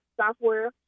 software